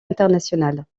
internationales